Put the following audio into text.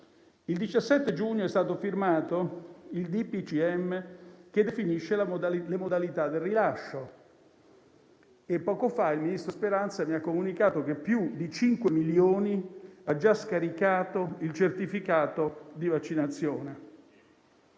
il 17 giugno è stato firmato il DPCM che definisce le modalità di rilascio e poco fa il ministro Speranza mi ha comunicato che in più di cinque milioni hanno già scaricato il certificato di vaccinazione.